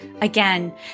Again